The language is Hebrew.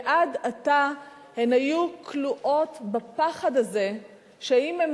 ועד עתה הן היו כלואות בפחד הזה שאם הן